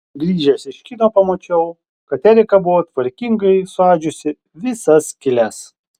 grįžęs iš kino pamačiau kad erika buvo tvarkingai suadžiusi visas skyles